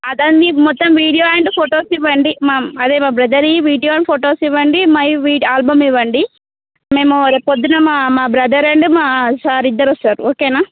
అతనివి మొత్తం video and photos ఇవ్వండి మా అదే మా బ్రదర్వి వీడియో అండ్ ఫోటోస్ ఇవ్వండి మావి వీడి ఆల్బమ్ ఇవ్వండి మేము రేపు పొద్దున మా బ్రదర్ అండ్ మా సార్ ఇద్దరు వస్తారు ఓకేనా